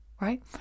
right